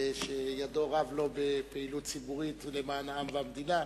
שידיו רב לו בפעילות ציבורית ולמען העם והמדינה,